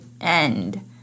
end